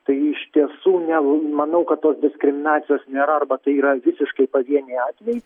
tai iš tiesų ne manau kad tos diskriminacijos nėra arba tai yra visiškai pavieniai atvejai